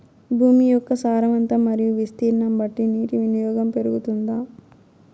భూమి యొక్క సారవంతం మరియు విస్తీర్ణం బట్టి నీటి వినియోగం పెరుగుతుందా?